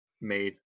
made